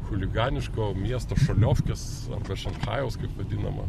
chuliganiško miesto šaliofkės šanchajaus kaip vadinama